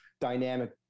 dynamic